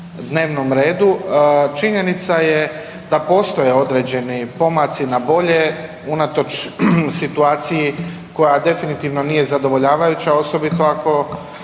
dnevnom redu. Činjenica je da postoje određeni pomaci na bolje unatoč situaciji koja definitivno nije zadovoljavajuća osobito ako